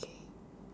K